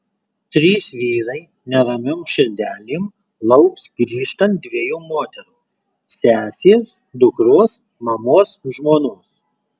trys vyrai neramiom širdelėm lauks grįžtant dviejų moterų sesės dukros mamos žmonos